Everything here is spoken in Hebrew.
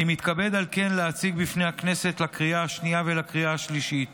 אני מתכבד על כן להציג בפני הכנסת לקריאה השנייה ולקריאה השלישית